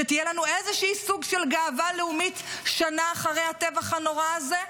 שיהיה לנו איזשהו סוג של גאווה לאומית שנה אחרי הטבח הנורא הזה?